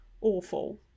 awful